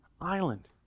island